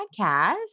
podcast